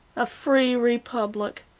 a free republic!